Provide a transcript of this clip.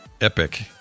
Epic